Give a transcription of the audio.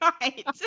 Right